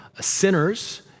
sinners